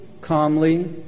calmly